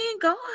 God